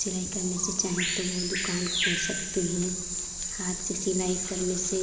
सिलाई करने की चाहें तो दुकान खोल सकते हैं साथ में सिलाई करने से